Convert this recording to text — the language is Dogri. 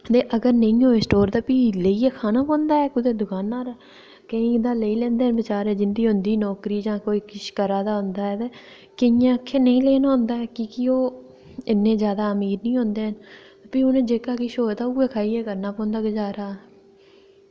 ते अगर नेईं होऐ स्टोर ते भी लेइयै खाना पौंदा ऐ कुदै दुकानें परा केईं तां लेईं लैंदे बेचारे जिंदी होंदी नौकरी जां किश करा दा होंदा ऐ ते केइयें आक्खें नेईं लैना होंदा ऐ की के ओह् इन्ने जादा मीर निं होंदे न भी ओह् किश होऐ ते उ'ऐ खाइयै करना पौंदा गुजारा